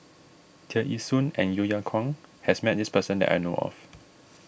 Tear Ee Soon and Yeo Yeow Kwang has met this person that I know of